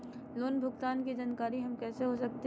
Loan भुगतान की जानकारी हम कैसे हो सकते हैं?